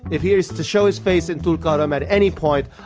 if he is to show his face in tulkarm at any point,